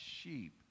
sheep